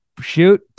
Shoot